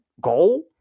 goal